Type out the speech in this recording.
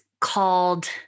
called